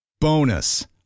Bonus